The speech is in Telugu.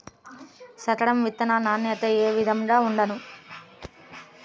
సంకర విత్తనాల నాణ్యత ఏ విధముగా ఉండును?